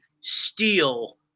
steal